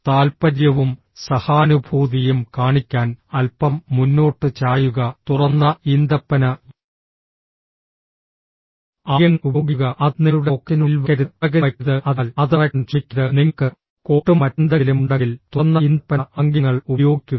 താൽപ്പര്യവും സഹാനുഭൂതിയും കാണിക്കാൻ അൽപ്പം മുന്നോട്ട് ചായുക തുറന്ന ഈന്തപ്പന ആംഗ്യങ്ങൾ ഉപയോഗിക്കുക അത് നിങ്ങളുടെ പോക്കറ്റിനുള്ളിൽ വയ്ക്കരുത് പുറകിൽ വയ്ക്കരുത് അതിനാൽ അത് മറയ്ക്കാൻ ശ്രമിക്കരുത് നിങ്ങൾക്ക് കോട്ടും മറ്റെന്തെങ്കിലും ഉണ്ടെങ്കിൽ തുറന്ന ഈന്തപ്പന ആംഗ്യങ്ങൾ ഉപയോഗിക്കുക